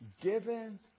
Given